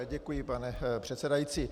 Děkuji, pane předsedající.